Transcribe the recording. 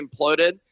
imploded